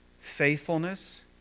faithfulness